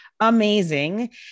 amazing